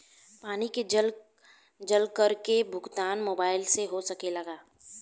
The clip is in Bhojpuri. पानी के जल कर के भुगतान मोबाइल से हो सकेला का?